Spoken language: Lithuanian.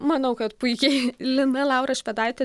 manau kad puikiai lina laura švedaitė